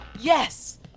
Yes